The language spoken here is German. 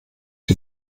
die